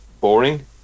boring